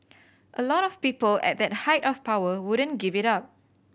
a lot of people at that height of power wouldn't give it up